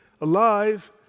alive